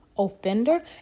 offender